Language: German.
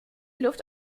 luft